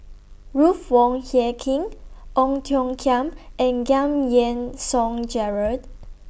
Ruth Wong Hie King Ong Tiong Khiam and Giam Yean Song Gerald